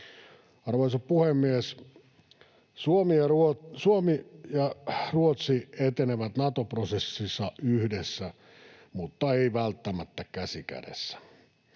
Arvoisa puhemies! Suomi ja Ruotsi etenevät Nato-prosessissa yhdessä, mutta eivät välttämättä käsi kädessä.